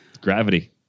gravity